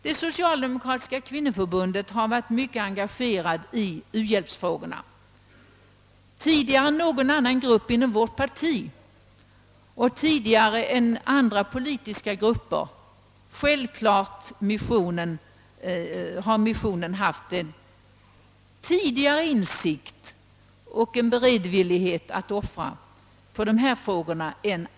Det socialdemokratiska kvinnoförbundet har varit mycket engagerat i u-hjälpsfrågorna — tidigare än någon annan grupp inom vårt parti och även tidigare, med undantag för missionen, än några andra grupper utanför partiet. Jag vill understryka att missionen tidigt visade insikt i frågan och en beredvillighet att offra.